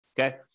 Okay